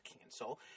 cancel